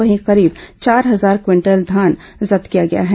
वहीं करीब चार हजार क्विंटल धान जब्त किया गया है